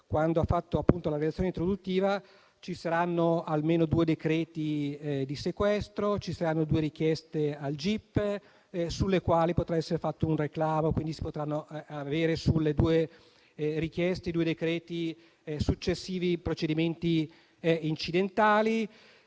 durante la relazione introduttiva, che ci saranno almeno due decreti di sequestro e ci saranno due richieste al gip sulle quali potrà essere presentato un reclamo, quindi si potranno avere, sulle due richieste e i due decreti successivi, dei procedimenti incidentali.